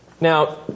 Now